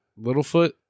Littlefoot